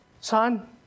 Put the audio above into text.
Son